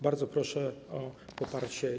Bardzo proszę o poparcie.